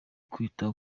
kwita